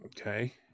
okay